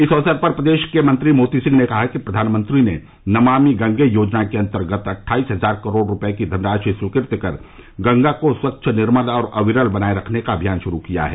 इस अवसर पर प्रदेश के मंत्री मोती सिंह ने कहा कि प्रधानमंत्री ने नमामि गंगे योजना के अंतर्गत अट्ठाइस हजार करोड़ रूपये की धनराशि स्वीकृत कर गंगा को स्वच्छ निर्मल और अविरल बनाए रखने का अभियान शुरू किया है